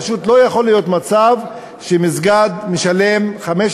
פשוט לא יכול להיות מצב שמסגד משלם 15